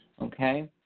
okay